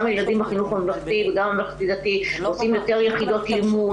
גם הילדים בחינוך הממלכתי וגם בממלכתי-דתי רוצים יותר יחידות לימוד,